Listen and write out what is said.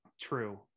true